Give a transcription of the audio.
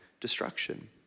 destruction